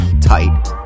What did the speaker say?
tight